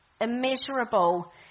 immeasurable